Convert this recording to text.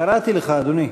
קראתי לך, אדוני.